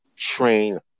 train